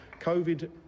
Covid